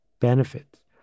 benefits